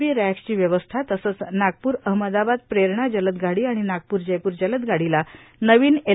बी रॅक्सची व्यवस्था तसंच नागपूर अहमदाबाद प्रेरणा जलद गाडी आणि नागपूर जयपूर जलद गाडीला नवीन एल